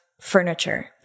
furniture